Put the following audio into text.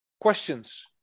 questions